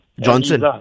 Johnson